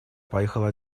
поехала